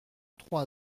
trois